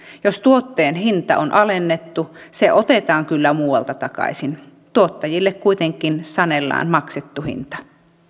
jos tuotteen hinta on alennettu se otetaan kyllä muualta takaisin tuottajille kuitenkin sanellaan maksettu hinta